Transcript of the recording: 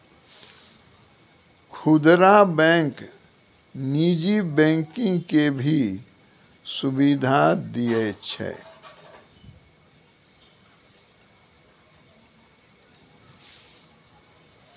खुदरा बैंक नीजी बैंकिंग के भी सुविधा दियै छै